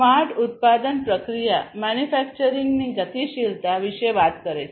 smart ઉત્પાદન પ્રક્રિયા મેન્યુફેક્ચરિંગની ગતિશીલતા વિશે વાત કરે છે